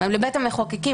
לבית המחוקקים,